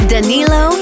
Danilo